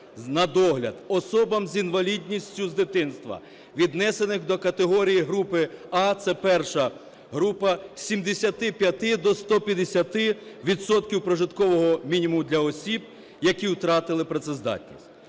на догляд: особам з інвалідністю з дитинства, віднесених до категорії групи А (це I група) з 75 до 150 відсотків прожиткового мінімуму для осіб, які втратили працездатність;